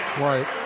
Right